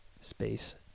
space